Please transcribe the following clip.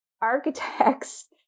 architects